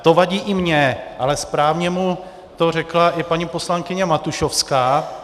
To vadí i mně, ale správně mu to řekla i paní poslankyně Matušovská.